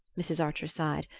mrs. archer sighed.